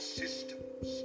systems